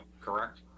correct